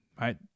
Right